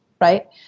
right